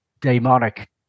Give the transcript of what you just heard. demonic